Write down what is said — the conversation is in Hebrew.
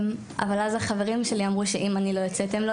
אבל אז החברים שלי אמרו שאם אני לא יוצאת הם לא